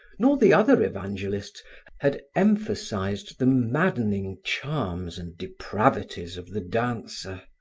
nor the other evangelists had emphasized the maddening charms and depravities of the dancer.